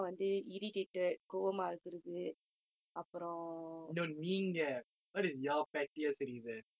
no நீங்க:ninga what is your pettiest reason ya